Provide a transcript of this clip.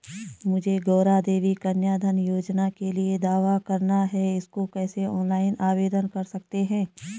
मुझे गौरा देवी कन्या धन योजना के लिए दावा करना है इसको कैसे ऑनलाइन आवेदन कर सकते हैं?